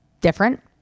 different